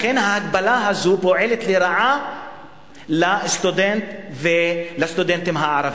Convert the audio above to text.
לכן ההגבלה הזו פועלת לרעה לסטודנטים הערבים.